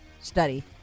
study